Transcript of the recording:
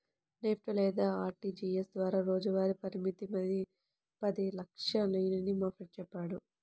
NEFT లేదా RTGS ద్వారా రోజువారీ పరిమితి పది లక్షలేనని మా ఫ్రెండు చెప్పాడు